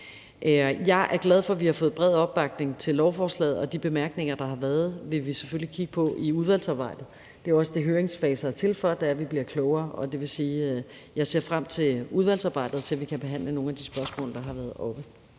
Jeg er glad for, at vi har fået bred opbakning til lovforslaget, og de bemærkninger, der har været, vil vi selvfølgelig kigge på i udvalgsarbejdet. Det er jo også det, høringsfaser er til for, altså at vi bliver klogere, og det vil sige, at jeg ser frem til udvalgsarbejdet, og til, at vi kan behandle nogle af de spørgsmål, der har været oppe.